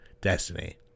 Destiny